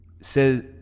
says